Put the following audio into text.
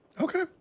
Okay